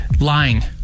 Lying